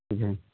ٹھیک ہے